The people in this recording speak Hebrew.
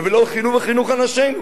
ולא בחינוך אנשינו.